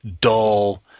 dull